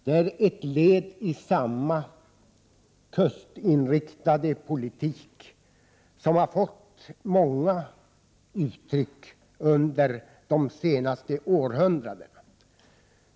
Det innebär ett led i samma kustinriktade politik som har tagit sig många uttryck under de senaste århundradena.